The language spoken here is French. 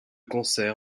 cancer